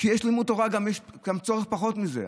כשיש לימוד תורה גם יש פחות צורך בזה.